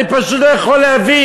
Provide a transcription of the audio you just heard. אני פשוט לא יכול להבין.